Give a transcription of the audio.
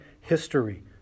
history